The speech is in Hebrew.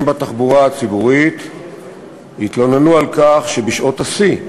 בתחבורה הציבורית התלוננו על כך שבשעות השיא,